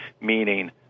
meaning